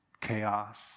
chaos